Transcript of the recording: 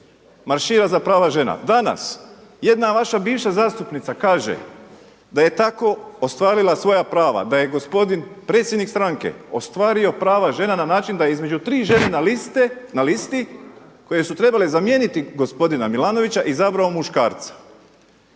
maršira za prava žena. Danas jedna vaša bivša zastupnica kaže da je tako ostvarila svoja prava, da je gospodin predsjednik stranke ostvario prava žena na način da je između tri žene na listi koje su trebale zamijeniti gospodina Milanović izabrao muškarca.